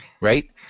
right